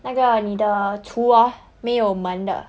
那个你的厨啊没有门的